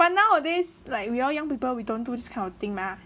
but nowadays like we all young people we don't do this kind of thing mah